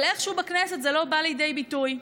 אבל איכשהו בכנסת זה לא בא לידי ביטוי,